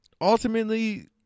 ultimately